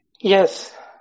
Yes